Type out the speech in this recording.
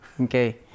okay